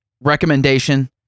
recommendation